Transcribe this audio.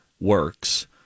works